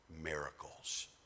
miracles